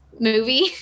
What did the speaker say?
movie